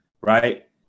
right